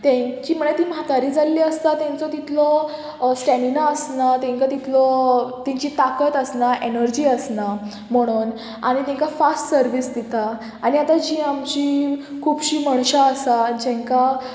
तांची म्हळ्यार ती म्हातारी जाल्लीं आसता तांचो तितलो स्टॅमिना आसना तांकां तितलो तेंची ताकत आसना एनर्जी आसना म्हणून आनी तांकां फास्ट सर्वीस दिता आनी आतां जीं आमची खुबशीं मणशां आसा जेंकां